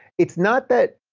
it's not that